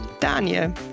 Daniel